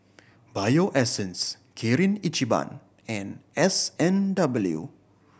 Bio Essence Kirin Ichiban and S and W